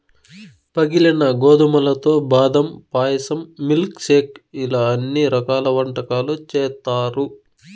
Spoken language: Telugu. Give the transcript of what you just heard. పగిలిన గోధుమలతో బాదం పాయసం, మిల్క్ షేక్ ఇలా అన్ని రకాల వంటకాలు చేత్తారు